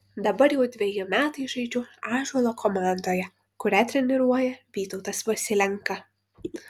dabar jau dveji metai žaidžiu ąžuolo komandoje kurią treniruoja vytautas vasilenka